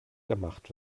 gemacht